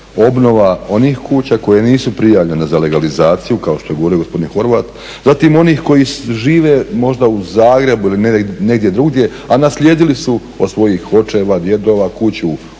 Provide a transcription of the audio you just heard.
obnova onih kuća koje nisu prijavljene za legalizaciju kao što je govorio gospodin Horvat. Zatim onih koji žive možda u Zagrebu ili negdje drugdje, a naslijedili su od svojih očeva, djedova kuću u